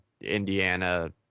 Indiana